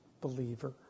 believer